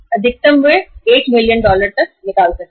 अधिकतम वे 1 million dollar तक निकाल सकते हैं